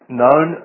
known